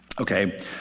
Okay